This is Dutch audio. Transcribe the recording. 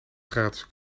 gratis